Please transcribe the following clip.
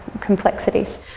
complexities